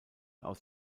aus